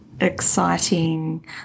exciting